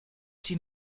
sie